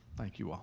thank you all.